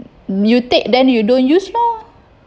you take then you don't use lor